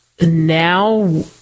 now